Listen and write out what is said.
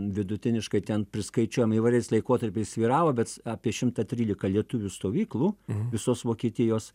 vidutiniškai ten priskaičiuojam įvairiais laikotarpiais svyravo bet apie šimtą trylika lietuvių stovyklų visos vokietijos